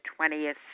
20th